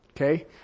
Okay